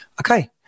Okay